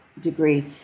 degree